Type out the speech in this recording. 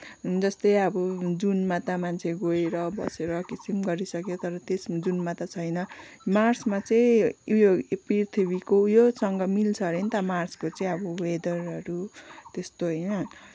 जस्तै अब जुनमा त मान्छे गएर बसेर किसिम गरिसक्यो तर त्यस जुनमा त छैन मार्समा चाहिँ उयो पृथ्वीको उयोसँग मिल्छ अरे नि त मार्सको चाहिँ अब वेदरहरू त्यस्तो होइन